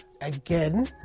again